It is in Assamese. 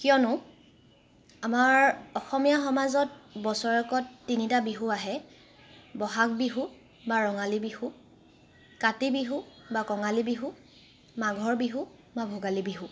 কিয়নো আমাৰ অসমীয়া সমাজত বছৰেকত তিনিটা বিহু আহে বহাগ বিহু বা ৰঙালী বিহু কাতি বিহু বা কঙালী বিহু মাঘৰ বিহু বা ভোগালী বিহু